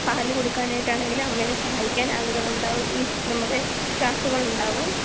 പാൽ കൊടുക്കാനായിട്ടാണെങ്കിലും അമ്മേനെ സഹായിക്കാൻ ആളുകൾ ഉണ്ടാവും നമ്മുടെ സ്റ്റാഫുകൾ ഉണ്ടാവും